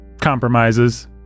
compromises